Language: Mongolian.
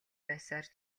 байсаар